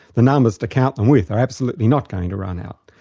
the numbers to count them with are absolutely not going to run out.